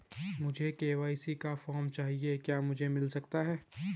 मुझे के.वाई.सी का फॉर्म चाहिए क्या मुझे मिल सकता है?